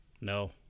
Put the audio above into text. No